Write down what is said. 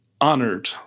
honored